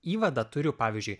įvadą turiu pavyzdžiui